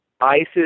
Isis